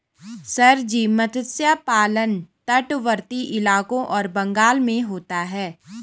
sir ji मत्स्य पालन तटवर्ती इलाकों और बंगाल में होता है